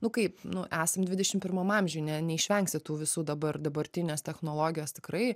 nu kaip nu esam dvidešim pirmam amžiui ne neišvengsi tų visų dabar dabartinės technologijos tikrai